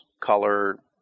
color